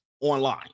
online